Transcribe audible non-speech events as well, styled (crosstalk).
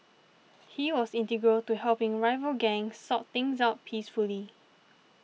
(noise) he was integral to helping rival gangs sort things out peacefully